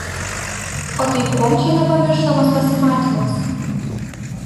o tai kuom čia nepamirštamas pasimatymas